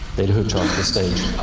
they'd hoot you off the stage.